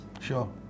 Sure